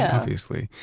obviously.